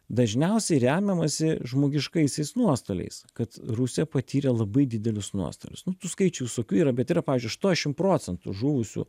dažniausiai remiamasi žmogiškaisiais nuostoliais kad rusija patyrė labai didelius nuostolius nu tų skaičių visokių yra bet yra pavyzdžiui aštuoniasdešim procentų žuvusių